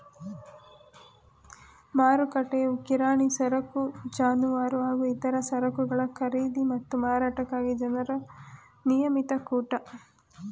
ಮಾರುಕಟ್ಟೆಯು ಕಿರಾಣಿ ಸರಕು ಜಾನುವಾರು ಹಾಗೂ ಇತರ ಸರಕುಗಳ ಖರೀದಿ ಮತ್ತು ಮಾರಾಟಕ್ಕಾಗಿ ಜನರ ನಿಯಮಿತ ಕೂಟ